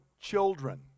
children